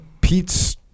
Pete's